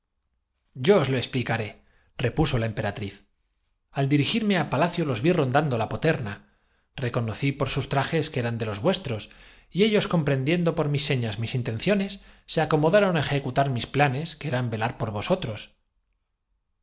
yo os lo explicaré repuso la emperatriz al consumar la hecatombe dirigirme á palacio los ví rondando la poterna conocí apuntaron en efecto pero por sus trajes que eran de los vuestros y ellos com al dar el emperador la voz de prendiendo por mis señas mis intenciones se acomo tirar volvieron contra éste sus armas y el feroz daron á ejecutar mis planes que eran velar por vosotros